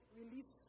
release